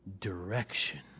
Direction